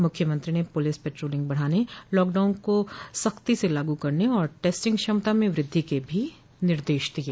मख्यमंत्री ने police patrolling बढ़ाने लॉकडाउन को सख्ती से लागू करने और टेस्टिंग क्षमता में वृद्धि के भी निर्देश दिये